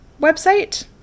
website